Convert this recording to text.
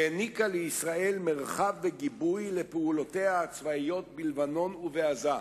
העניקה לישראל מרחב וגיבוי לפעולותיה הצבאיות בלבנון ובעזה.